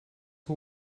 who